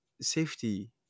safety